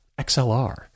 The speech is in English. XLR